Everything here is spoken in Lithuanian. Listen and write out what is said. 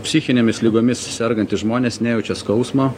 psichinėmis ligomis sergantys žmonės nejaučia skausmo